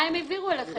מה הם העבירו אליכם?